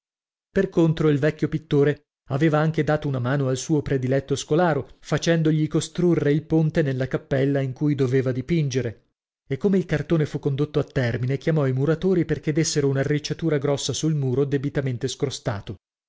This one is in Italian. per contro il vecchio pittore aveva anche dato una mano al suo prediletto scolaro facendogli costrurre il ponte nella cappella in cui doveva dipingere e come il cartone fu condotto a termine chiamò i muratori perchè dessero un'arricciatura grossa sul muro debitamente scrostato